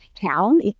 town